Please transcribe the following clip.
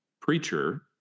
preacher